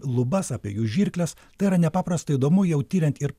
lubas apie jų žirkles tai yra nepaprastai įdomu jau tiriant ir